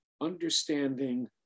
understanding